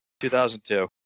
2002